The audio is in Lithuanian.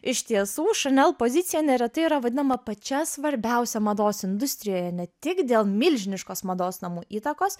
iš tiesų šanel pozicija neretai yra vadinama pačia svarbiausia mados industrijoje ne tik dėl milžiniškos mados namų įtakos